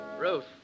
Ruth